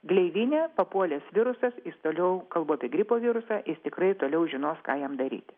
gleivinę papuolęs virusas jis toliau kalbu apie gripo virusą jis tikrai toliau žinos ką jam daryti